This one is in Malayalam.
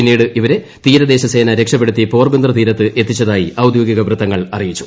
പിന്നീട് ഇവരെ തീരദേശസേന രക്ഷപ്പെടുത്തി പോർബന്ദർ തീരത്ത് എത്തിച്ചതായി ഔദ്യോഗിക വൃത്തങ്ങൾ അറിയിച്ചു